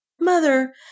Mother